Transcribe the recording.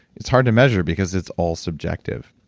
it's hard to measure because it's all subjective.